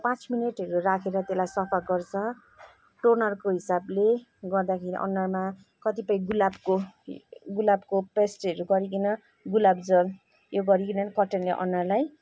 पाँच मिनेटहरू राखेर त्यसलाई सफा गर्छ टोनरको हिसाबले गर्दाखेरि अनुहारमा कतिपय गुलाबको गुलाबको पेस्टहरू गरिकन गुलाबजल उयो गरिकिन कटनले अनुहारलाई